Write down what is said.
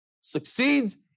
succeeds